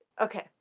Okay